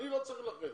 אני לא צריך להילחם.